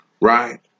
right